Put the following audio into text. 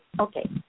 Okay